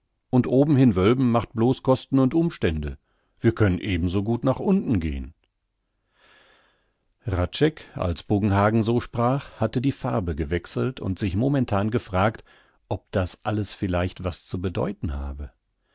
nach oben hin wölben macht blos kosten und umstände wir können eben so gut nach unten gehn hradscheck als buggenhagen so sprach hatte die farbe gewechselt und sich momentan gefragt ob das alles vielleicht was zu bedeuten habe